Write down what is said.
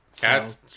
Cats